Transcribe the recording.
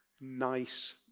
nice